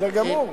בסדר גמור.